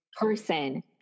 person